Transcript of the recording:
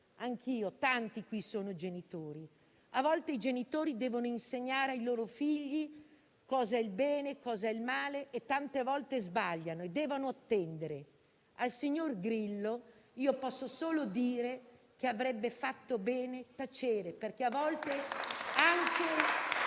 madre e tanti qui sono genitori. A volte i genitori devono insegnare ai loro figli cos'è il bene e cos'è il male e tante volte sbagliano e devono attendere. Al signor Grillo posso solo dire che avrebbe fatto bene a tacere, perché a volte anche